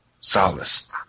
Solace